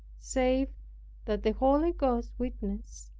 save that the holy ghost witnesseth,